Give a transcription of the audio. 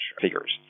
figures